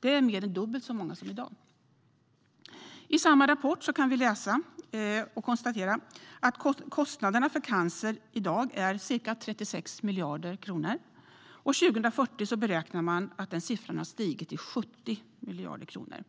Det är mer än dubbelt så många som i dag I samma rapport kan vi läsa och konstatera att kostnaderna för cancer i dag är ca 36 miljarder kronor och att man beräknar att den siffran år 2040 har stigit till 70 miljarder kronor.